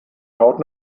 haube